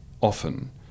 often